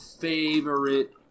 favorite